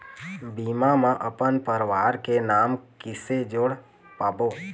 बीमा म अपन परवार के नाम किसे जोड़ पाबो?